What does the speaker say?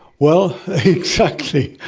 well exactly!